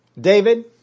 David